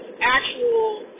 actual